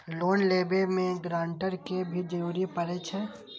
Loan लेबे में guarantor के भी जरूरी परे छै?